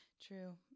True